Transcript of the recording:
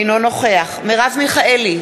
אינו נוכח מרב מיכאלי,